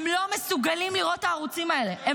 הם לא מסוגלים לראות את הערוצים האלה -- שלא יראו.